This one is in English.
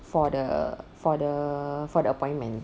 for the for the for the appointment